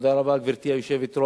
ותודה רבה, גברתי היושבת-ראש.